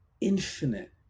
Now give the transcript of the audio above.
infinite